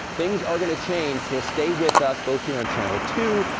things are gonna change. so stay with us both here on channel two,